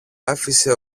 άφησε